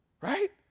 Right